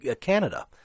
Canada